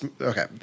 Okay